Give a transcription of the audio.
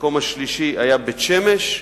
המקום השלישי היה בית-שמש.